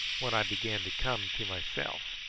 when i began to come to myself.